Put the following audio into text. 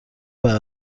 بعد